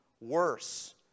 worse